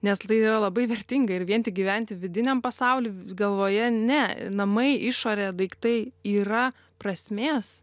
nes tai yra labai vertinga ir vien tik gyventi vidiniam pasauly galvoje ne namai išorė daiktai yra prasmės